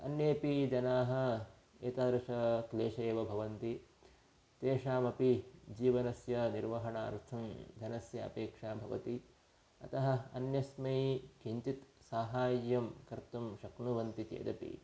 अन्येऽपि जनाः एतादृशक्लेशाः एव भवन्ति तेषामपि जीवनस्य निर्वहणार्थं धनस्य अपेक्षा भवति अतः अन्यस्मै किञ्चित् सहायं कर्तुं शक्नुवन्ति चेदपि